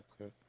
Okay